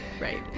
Right